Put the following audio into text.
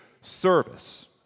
service